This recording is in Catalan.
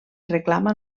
reclama